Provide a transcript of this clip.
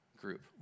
group